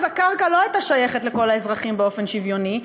אז הקרקע לא הייתה שייכת לכל האזרחים באופן שוויוני,